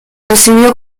recibió